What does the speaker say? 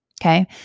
Okay